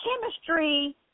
chemistry